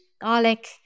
garlic